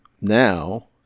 now